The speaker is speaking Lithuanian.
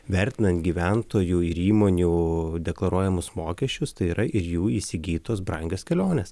vertinant gyventojų ir įmonių deklaruojamus mokesčius tai yra ir jų įsigytos brangios kelionės